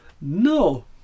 No